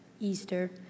Easter